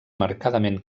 marcadament